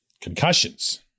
concussions